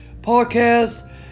podcast